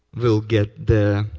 will get the